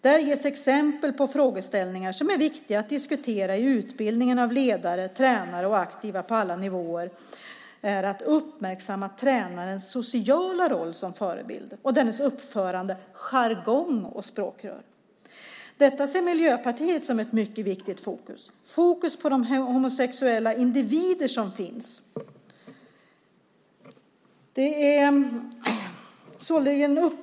Där ges exempel på frågeställningar som är viktiga att diskutera i utbildningen av ledare, tränare och aktiva på alla nivåer. Tränarens sociala roll som förebild och dennes uppförande, jargong och språk bör uppmärksammas. Detta ser Miljöpartiet som ett mycket viktigt fokus, ett fokus på de homosexuella individer som finns.